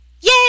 Yay